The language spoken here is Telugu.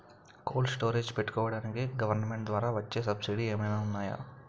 కోల్డ్ స్టోరేజ్ పెట్టుకోడానికి గవర్నమెంట్ ద్వారా వచ్చే సబ్సిడీ ఏమైనా ఉన్నాయా?